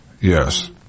Yes